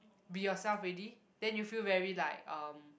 be yourself already then you feel very like um